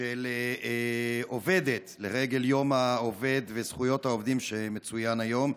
של עובדת לרגל יום העובד וזכויות העובדים שמצוין היום,